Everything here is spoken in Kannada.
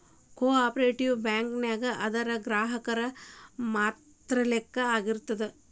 ಕೊ ಆಪ್ರೇಟಿವ್ ಬ್ಯಾಂಕ ನ್ಯಾಗ ಅದರ್ ಗ್ರಾಹಕ್ರ ಮಾಲೇಕ್ರ ಆಗಿರ್ತಾರ